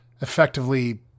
effectively